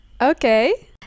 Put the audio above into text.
Okay